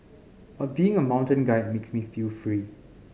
but being a mountain guide makes me feel free